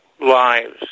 lives